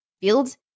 Fields